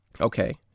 Okay